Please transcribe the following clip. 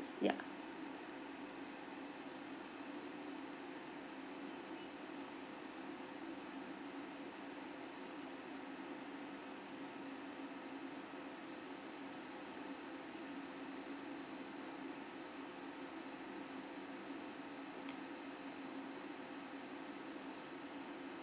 ya